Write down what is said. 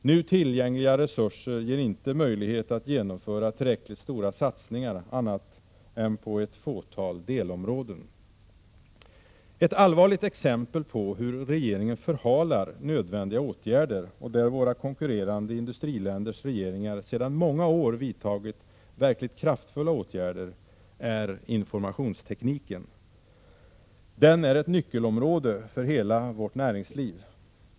Nu tillgängliga resurser ger inte möjlighet att genomföra tillräckligt stora satsningar på annat än ett fåtal delområden. Ett allvarligt exempel på hur regeringen förhalar nödvändiga åtgärder och där våra konkurrerande industriländers regeringar sedan många år vidtagit verkligt kraftfulla åtgärder är informationstekniken. Den är ett nyckelområde för hela vårt näringsliv.